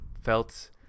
felt